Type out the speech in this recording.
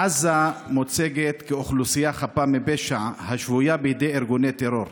עזה מוצגת כאוכלוסייה חפה מפשע השבויה בידי ארגוני טרור,